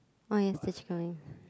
what is this drawing